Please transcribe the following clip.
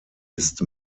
ist